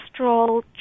cholesterol